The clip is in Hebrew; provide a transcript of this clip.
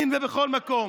גם בסח'נין, ובכל מקום.